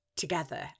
together